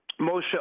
Moshe